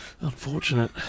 Unfortunate